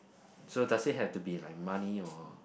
so does it have to be like money or